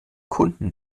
kunden